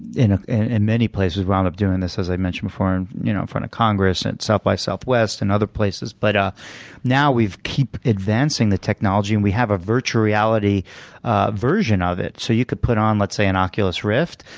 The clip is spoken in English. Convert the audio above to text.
in in many places wound up doing this, as i mentioned before in you know front of congress, at south by southwest, in and other places. but now we keep advancing the technology, and we have a virtual reality version of it. so you could put on, let's say, an oculus rift,